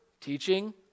teaching